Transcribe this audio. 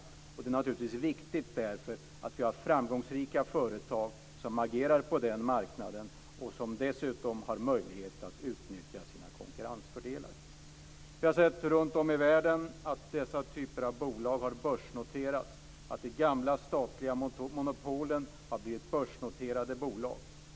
Det är därför naturligtvis viktigt att vi har framgångsrika företag som agerar på den marknaden och som dessutom har möjlighet att utnyttja sina konkurrensfördelar. Vi har sett att denna typ av bolag har börsnoterats runtom i världen. De gamla statliga monopolen har blivit börsnoterade bolag.